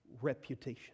reputation